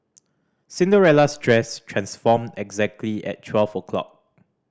Cinderella's dress transformed exactly at twelve o'clock